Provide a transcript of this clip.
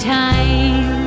time